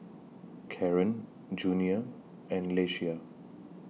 Caron Junia and Leshia